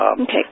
Okay